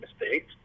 mistakes